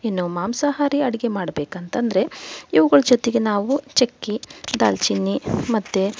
ಇನ್ನು ಮಾಂಸಹಾರಿ ಅಡಿಗೆ ಮಾಡ್ಬೇಕಂತಂದ್ರೆ ಇವುಗಳ ಜೊತೆಗೆ ನಾವು ಚಕ್ಕೆ ದಾಲ್ಚೀನಿ ಮತ್ತು